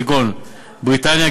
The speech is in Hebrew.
כגון בריטניה,